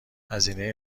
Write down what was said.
هزینه